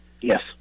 Yes